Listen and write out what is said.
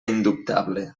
indubtable